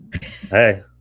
Hey